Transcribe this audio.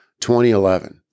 2011